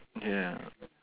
ya